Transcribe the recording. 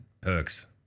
perks